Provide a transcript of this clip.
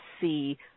see